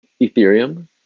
Ethereum